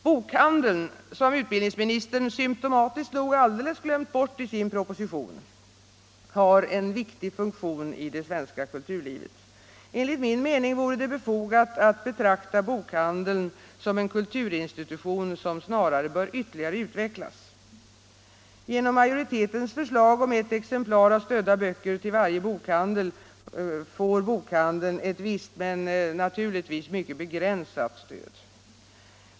Bokhandeln —- som utbildningsministern symtomatiskt nog alldeles glömt bort i sin proposition — har en viktig funktion i det svenska kulturlivet. Enligt min mening vore det befogat att betrakta bokhandeln som en kulturinstitution som snarare bör ytterligare utvecklas. Genom majoritetens förslag om ett exemplar av stödda böcker till varje bokhandel, får bokhandeln ett visst ehuru naturligtvis mycket begränsat stöd.